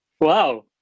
Wow